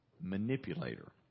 manipulator